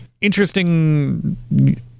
interesting